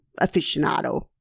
aficionado